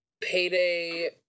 Payday